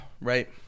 right